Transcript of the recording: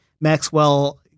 Maxwell